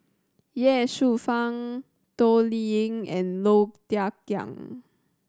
Ye Shufang Toh Liying and Low Thia Khiang